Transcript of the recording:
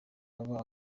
kaba